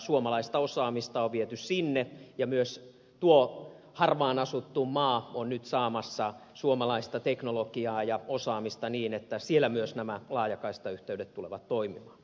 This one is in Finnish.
suomalaista osaamista on viety sinne ja myös tuo harvaanasuttu maa on nyt saamassa suomalaista teknologiaa ja osaamista niin että siellä myös nämä laajakaistayhteydet tulevat toimimaan